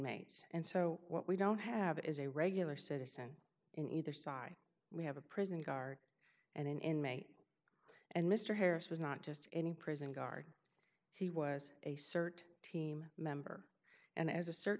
mates and so what we don't have is a regular citizen in either side we have a prison guard and an inmate and mr harris was not just any prison guard he was a cert team member and as a